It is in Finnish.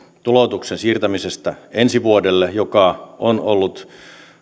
tuloutuksen siirtämisestä ensi vuodelle on ollut